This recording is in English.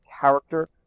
character